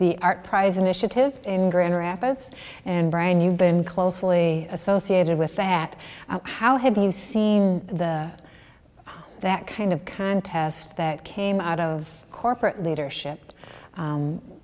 the art prize initiative in grand rapids and brian you've been closely associated with that how have you seen the that kind of contest that came out of corporate leadership